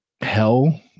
hell